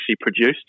produced